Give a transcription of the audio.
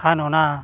ᱠᱷᱟᱱ ᱚᱱᱟ